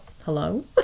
Hello